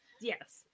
yes